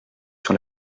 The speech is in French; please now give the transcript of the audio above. sur